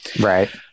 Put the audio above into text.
right